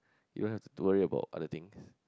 you has to worry about other things